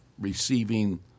receiving